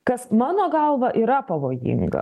kas mano galva yra pavojinga